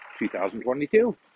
2022